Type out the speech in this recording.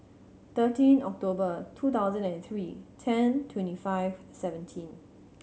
thirteen October two thousand and three ten twenty five seventeen